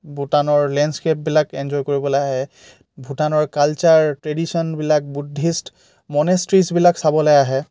ভূটানৰ লেন্সকেপবিলাক এনজয় কৰিবলৈ আহে ভূটানৰ কালচাৰ ট্ৰেডিচনবিলাক বুদ্ধিষ্ট মনেষ্ট্ৰিজবিলাক চাবলৈ আহে